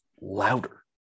louder